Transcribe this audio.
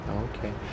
Okay